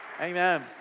Amen